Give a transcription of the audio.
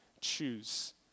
choose